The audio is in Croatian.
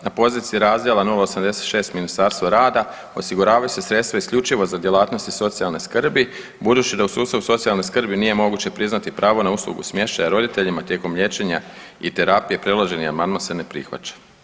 Na poziciji razdjela 0,86 Ministarstva rada osiguravaju se sredstva isključivo za djelatnosti socijalne skrbi budući da u sustavu socijalne skrbi nije moguće priznati pravo na uslugu smještaja roditeljima tijekom liječenja i terapije, predloženi amandman se ne prihvaća.